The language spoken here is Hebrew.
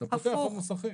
אתה פותח פה מוסכים.